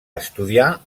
estudiar